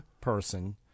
person